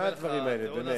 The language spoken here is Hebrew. מה הדברים האלה, באמת.